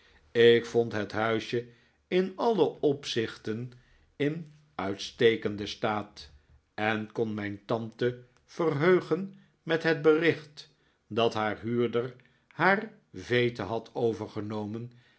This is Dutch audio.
ik vond het huisje in alle opzichten in uitstekenden staat en kon mijn tante verheugen met het bericht dat haar huurder haar veete had overgenomen